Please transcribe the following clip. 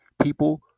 people